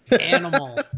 animal